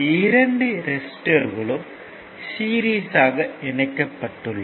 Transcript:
இரண்டு ரெசிஸ்டர்களும் சீரிஸ்யாக இணைக்கப்பட்டுள்ளது